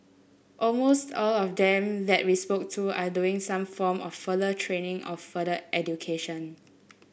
almost all of them that we spoke to are doing some form of further training or further education